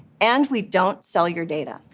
and we don't sell your data.